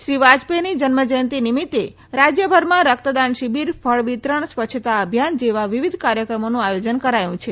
શ્રી વાજપેથીની જન્મજયંતી નિમિત્તે રાજ્યભરમાં રક્તદાન શિબિર ફળ વિતરણ સ્વચ્છતા અભિયાન જેવા વિવિધ કાર્યક્રમોનું આયોજન કરાયું છે